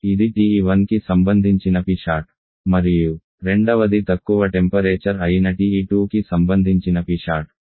ఇది TE1కి సంబంధించిన Psat మరియు రెండవది తక్కువ టెంపరేచర్ అయిన TE2కి సంబంధించిన Psat